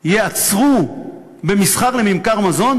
ייעצרו במסחר לממכר מזון?